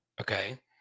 okay